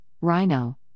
rhino